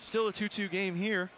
still a two two game here